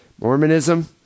Mormonism